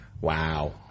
Wow